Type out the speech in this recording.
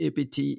APT